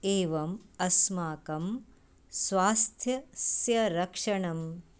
एवम् अस्माकं स्वास्थ्यस्य रक्षणम्